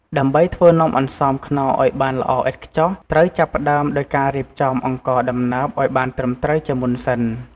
ដើម្បីធ្វើនំអន្សមខ្នុរឱ្យបានល្អឥតខ្ចោះ ត្រូវចាប់ផ្តើមដោយការរៀបចំអង្ករដំណើបឱ្យបានត្រឹមត្រូវជាមុនសិន។